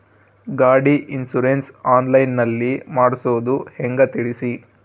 ಗಾಡಿ insurance online ನಲ್ಲಿ ಮಾಡ್ಸೋದು ಹೆಂಗ ತಿಳಿಸಿ?